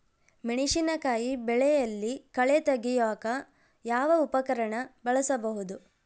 ಮೆಣಸಿನಕಾಯಿ ಬೆಳೆಯಲ್ಲಿ ಕಳೆ ತೆಗಿಯಾಕ ಯಾವ ಉಪಕರಣ ಬಳಸಬಹುದು?